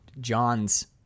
john's